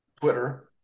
Twitter